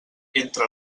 entre